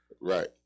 Right